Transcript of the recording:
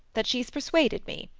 that she's persuaded me.